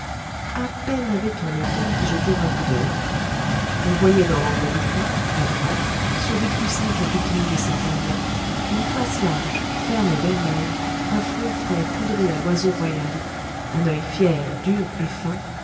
à peine avait-on le temps d'y jeter un coup d'oeil on voyait dans l'angle du fond à droite sur des coussins capitonnés de satin blanc une face large ferme et vermeille un front frais poudré à l'oiseau royal un oeil fier dur et fin